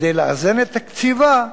כדי לאזן את תקציבה,